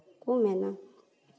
ᱠᱚ ᱢᱮᱱᱟ